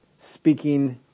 speaking